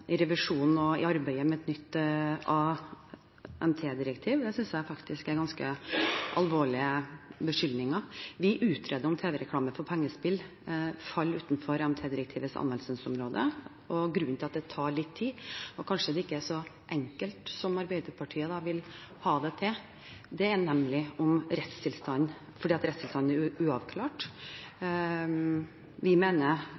i forbindelse med revisjonen av og arbeidet med nytt AMT-direktiv, synes jeg faktisk er ganske alvorlige beskyldninger. Vi utreder om tv-reklame for pengespill faller utenfor AMT-direktivets anvendelsesområde, og grunnen til at det tar litt tid – og kanskje ikke er så enkelt som Arbeiderpartiet vil ha det til – er at rettstilstanden er uavklart. Vi mener norske myndigheter har et handlingsrom, men her er vi i dialog med ESA, og vi